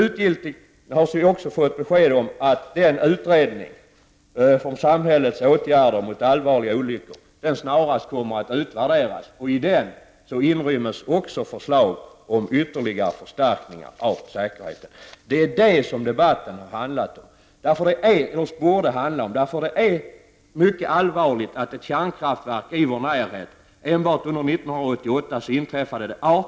Vi har också fått besked om att utredningen om samhällets åtgärder mot allvarliga olyckor snarast skall utvärderas. Och i den inryms också förslag om ytterligare förstärkning av säkerheten. Det är det som debatten har handlat om. Enbart under 1988 inträffade 18 snabbstopp, 122 missöden och 242 mindre störningar.